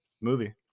movie